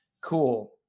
cool